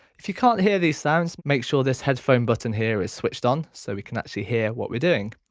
if you can't hear these sounds make sure this headphone button here is switched on so we can actually hear what we're doing.